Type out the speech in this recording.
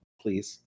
Please